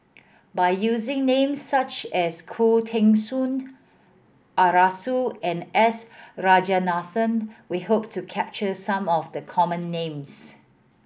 by using names such as Khoo Teng Soon Arasu and S Rajaratnam we hope to capture some of the common names